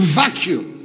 vacuum